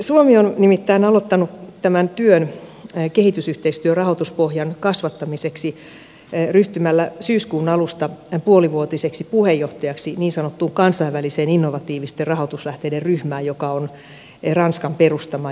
suomi on aloittanut tämän työn kehitysyhteistyörahoituspohjan kasvattamiseksi ryhtymällä syyskuun alusta puolivuotiseksi puheenjohtajaksi niin sanottuun kansainväliseen innovatiivisten rahoituslähteiden ryhmään joka on ranskan perustama